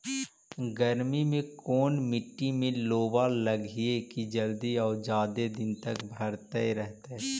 गर्मी में कोन मट्टी में लोबा लगियै कि जल्दी और जादे दिन तक भरतै रहतै?